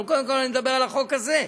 אבל קודם כול אני מדבר על החוק הזה,